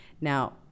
Now